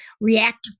reactive